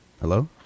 hello